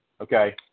okay